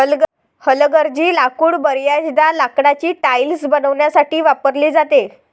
हलगर्जी लाकूड बर्याचदा लाकडाची टाइल्स बनवण्यासाठी वापरली जाते